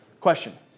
Question